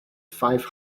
five